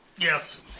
Yes